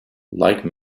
like